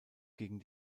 gegen